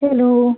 hello